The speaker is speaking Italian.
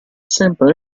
sempre